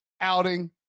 outing